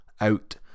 out